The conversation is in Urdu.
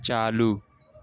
چالو